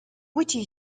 witty